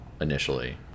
initially